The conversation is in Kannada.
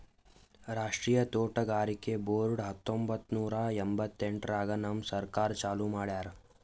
ರಾಷ್ಟ್ರೀಯ ತೋಟಗಾರಿಕೆ ಬೋರ್ಡ್ ಹತ್ತೊಂಬತ್ತು ನೂರಾ ಎಂಭತ್ತೆಂಟರಾಗ್ ನಮ್ ಸರ್ಕಾರ ಚಾಲೂ ಮಾಡ್ಯಾರ್